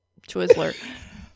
Twizzler